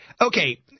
Okay